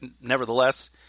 nevertheless